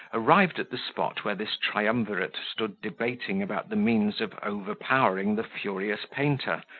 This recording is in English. arrived at the spot where this triumvirate stood debating about the means of overpowering the furious painter,